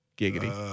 Giggity